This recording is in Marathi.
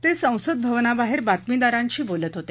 ते संसदभवनाबाहेर बातमीदारांशी बोलत होते